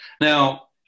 now